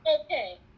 Okay